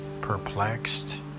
perplexed